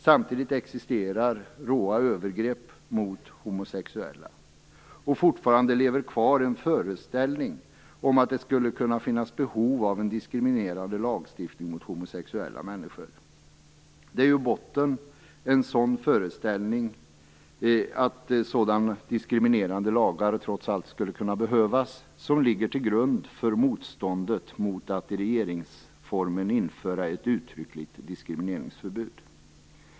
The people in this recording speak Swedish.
Samtidigt existerar råa övergrepp mot homosexuella och fortfarande lever en föreställning kvar om att det skulle kunna finnas behov av en diskriminerande lagstiftning mot homosexuella människor. Det är ju botten att den föreställningen - att sådana diskriminerande lagar trots allt skulle kunna behövas - ligger till grund för motståndet mot att i regeringsformen införa ett uttryckligt diskrimineringsförbud!